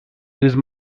use